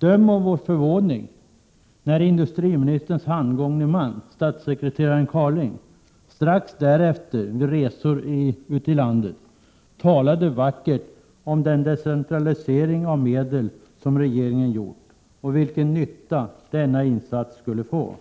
Döm om vår förvåning när industriministerns handgångne man, statssekreterare Carling strax därefter vid resor i landet talade vackert om den decentralisering av medel som regeringen gjort och vilken nytta denna insats skulle få.